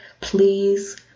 please